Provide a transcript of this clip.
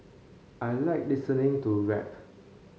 I like listening to rap